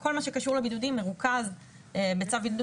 כל מה שקשור לבידודים מרוכז בצו בידוד